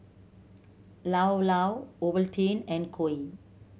Llao Llao Ovaltine and Koi